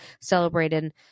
celebrated